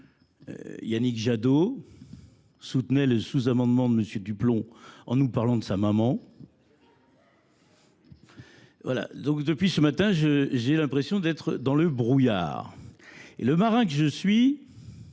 Yannick Jadot soutenait le sous-amendement de M. Duplon en nous parlant de sa maman, voilà. Donc depuis ce matin, j'ai l'impression d'être dans le brouillard. Et le marin que je suis,